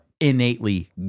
innately